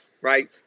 Right